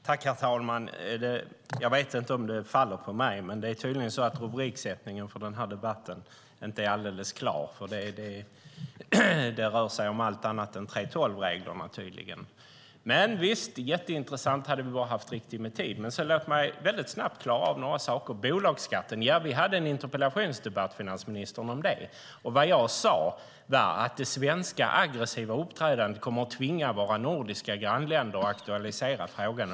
Herr talman! Jag vet inte om det faller på mig, men rubriksättningen på den här debatten är tydligen inte alldeles klar. Det rör sig om allt annat än 3:12-reglerna. Men visst, det är jätteintressant, om vi bara hade haft tillräckligt med tid. Låt mig ändå väldigt snabbt klara av några saker. Bolagsskatten hade vi en interpellationsdebatt om, finansministern. Vad jag sade var att det svenska, aggressiva uppträdandet kommer att tvinga våra nordiska grannländer att aktualisera frågan.